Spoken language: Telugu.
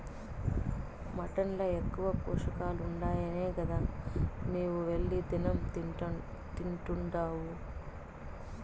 మటన్ ల ఎక్కువ పోషకాలుండాయనే గదా నీవు వెళ్లి దినం తింటున్డావు